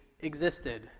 existed